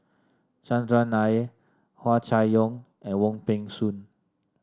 Chandran Nair Hua Chai Yong and Wong Peng Soon